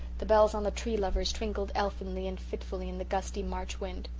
the bells on the tree lovers twinkled elfinly and fitfully in the gusty march wind.